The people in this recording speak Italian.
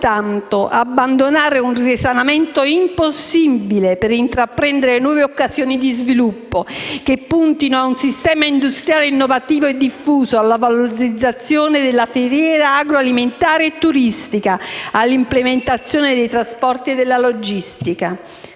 soltanto: abbandonare un risanamento impossibile per intraprendere nuove occasioni di sviluppo che puntino ad un sistema industriale innovativo e diffuso, alla valorizzazione della filiera agroalimentare e turistica, all'implementazione dei trasporti e della logistica.